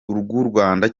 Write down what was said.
rwanda